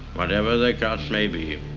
whatever the cost may be,